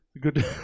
good